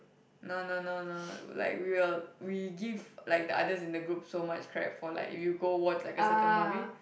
no no no no like we will we give like the others in the group so much crap for like if you go watch like a certain movie